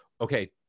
okay